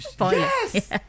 Yes